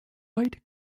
white